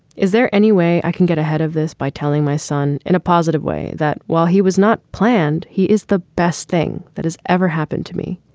is there any way i can get ahead of this by telling my son in a positive way that while he was not planned, he is the best thing that has ever happened to me.